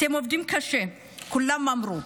אתם עובדים קשה, כולם אמרו.